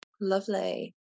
Lovely